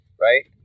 Right